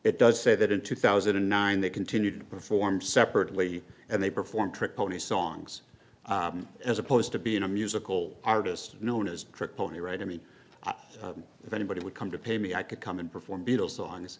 it does say that in two thousand and nine they continued to perform separately and they performed trick pony songs as opposed to being a musical artist known as trick pony right i mean if anybody would come to pay me i could come and perform beatles songs